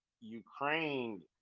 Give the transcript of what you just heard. Ukraine